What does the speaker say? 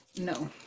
No